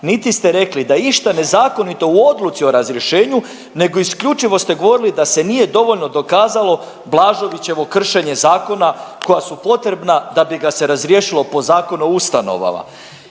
niti ste rekli da išta nezakonito u odluci o razrješenju nego isključivo ste govorili da se nije dovoljno dokazalo Blaževićevo kršenje zakona koja su potrebna da bi ga se razriješila po Zakonu o ustanovama.